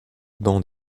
bande